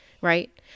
Right